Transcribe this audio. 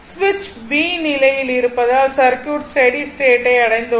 சுவிட்ச் b நிலையில் இருப்பதால் சர்க்யூட் ஸ்டெடி ஸ்டேட் ஐ அடைந்தது